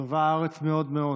"טובה הארץ מאד מאד",